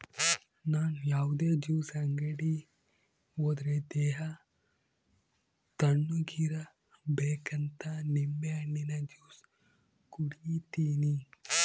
ನನ್ ಯಾವುದೇ ಜ್ಯೂಸ್ ಅಂಗಡಿ ಹೋದ್ರೆ ದೇಹ ತಣ್ಣುಗಿರಬೇಕಂತ ನಿಂಬೆಹಣ್ಣಿನ ಜ್ಯೂಸೆ ಕುಡೀತೀನಿ